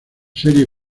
serie